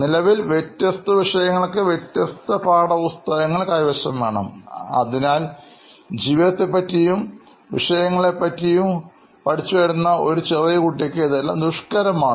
നിലവിൽ വ്യത്യസ്ത വിഷയങ്ങൾക്ക് വ്യത്യസ്ത പാഠപുസ്തകങ്ങൾ കൈവശം വേണം അതിനാൽ ജീവിതത്തെക്കുറിച്ചും വിഷയങ്ങളെയും കുറിച്ച് പഠിച്ചു വരുന്ന ഒരു ചെറിയ കുട്ടിയ്ക്ക് ഇതെല്ലാം ദുഷ്കരമാണ്